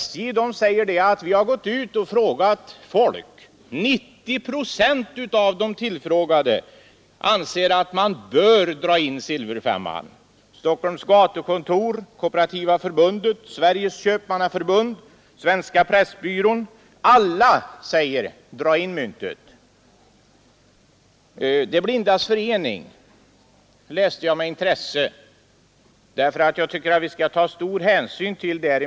SJ säger: Vi har gått ut och frågat folk och 90 procent av de tillfrågade anser att man bör dra in silverfemman. Stockholms gatukontor, Kooperativa förbundet, Sveriges köpmannaförbund och Svenska pressbyrån — alla säger: Dra in myntet! Remissyttrandet från De blindas förening läste jag med intresse, eftersom jag tycker att vi skall ta stor hänsyn till det.